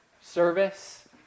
service